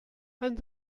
and